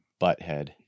butthead